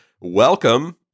Welcome